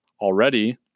already